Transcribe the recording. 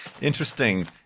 interesting